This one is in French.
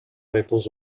réponse